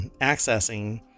accessing